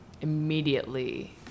immediately